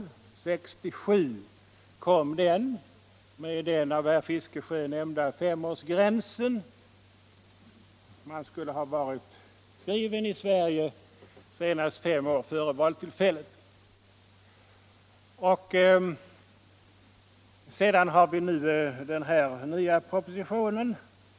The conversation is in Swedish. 1967 kom den med den av herr Fiskesjö nämnda femårsgränsen - man skulle ha varit skriven i Sverige senast fem år före valtillfället. Och nu har vi fått en ny proposition.